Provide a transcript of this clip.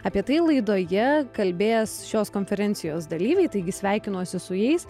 apie tai laidoje kalbės šios konferencijos dalyviai taigi sveikinuosi su jais